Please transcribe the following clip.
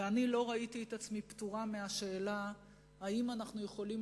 ואני לא ראיתי את עצמי פטורה מהשאלה אם אנחנו יכולים